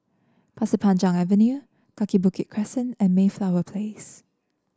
Pasir Panjang Avenue Kaki Bukit Crescent and Mayflower Place